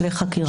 לחקירה.